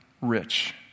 rich